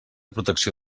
protecció